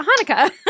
Hanukkah